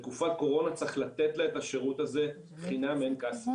בתקופת קורונה צריך לתת לה את השירות הזה חינם אין כסף.